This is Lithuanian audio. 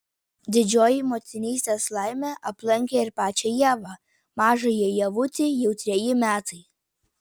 didžioji motinystės laimė aplankė ir pačią ievą mažajai ievutei jau treji metai